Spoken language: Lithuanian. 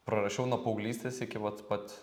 prarašiau nuo paauglystės iki vat pat